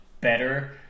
better